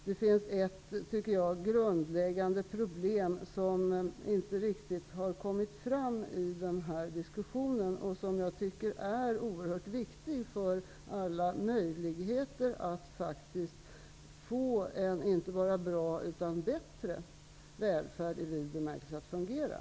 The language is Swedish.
Det finns ett grundläggande problem, som inte riktigt har kommit fram i den här diskussionen. Det är oerhört viktigt att man tar hänsyn till detta problem så att man inte bara får en bra utan i vid bemärkelse bättre välfärd att fungera.